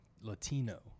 Latino